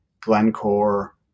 Glencore